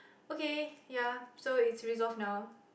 okay ya so it's resolved now